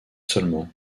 seulement